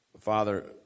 Father